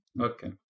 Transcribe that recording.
okay